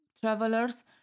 travelers